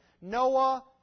Noah